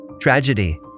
tragedy